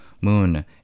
moon